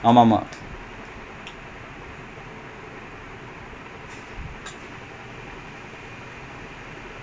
never seen the keeper substitution game they just to call deria எடுத்துட்டு:eduthuttu they put he didn't understand